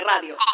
radio